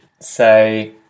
say